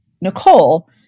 Nicole